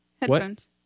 headphones